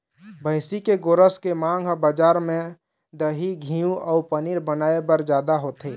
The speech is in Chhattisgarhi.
भइसी के गोरस के मांग ह बजार म दही, घींव अउ पनीर बनाए बर जादा होथे